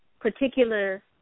particular